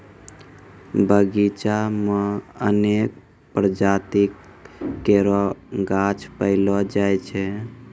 बगीचा म अनेक प्रजाति केरो गाछ पैलो जाय छै